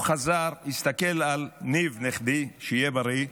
הוא חזר, הסתכל על ניב נכדי, שיהיה בריא,